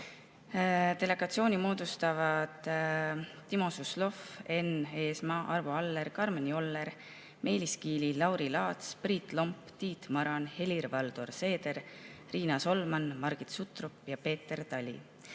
mail. Delegatsiooni moodustavad Timo Suslov, Enn Eesmaa, Arvo Aller, Karmen Joller, Meelis Kiili, Lauri Laats, Priit Lomp, Tiit Maran, Helir‑Valdor Seeder, Riina Solman, Margit Sutrop ja Peeter Tali.